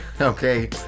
okay